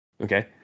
Okay